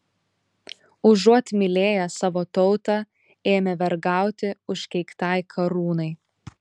užuot mylėję savo tautą ėmė vergauti užkeiktai karūnai